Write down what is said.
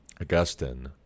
Augustine